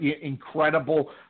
incredible